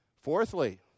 Fourthly